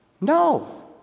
No